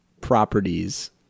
properties